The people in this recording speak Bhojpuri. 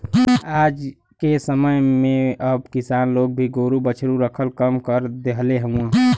आजके समय में अब किसान लोग भी गोरु बछरू रखल कम कर देहले हउव